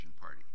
party